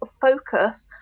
focus